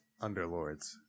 underlords